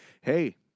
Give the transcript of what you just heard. Hey